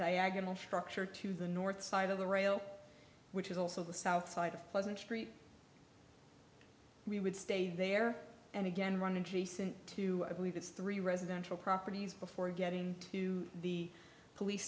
diagonal structure to the north side of the rail which is also the south side of pleasant street we would stay there and again run in jason two i believe it's three residential properties before getting to the police